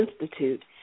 Institute